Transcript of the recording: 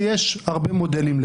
ויש לכך הרבה מודלים.